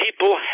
people